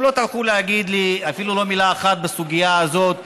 הם לא טרחו להגיד לי אפילו מילה אחת בסוגיה הזאת,